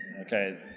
Okay